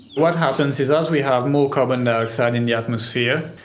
what happens is as we have more carbon dioxide in the atmosphere,